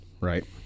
right